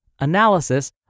analysis